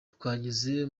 twageze